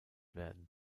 werden